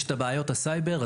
יש בעיות הסייבר.